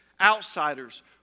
outsiders